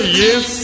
yes